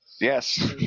Yes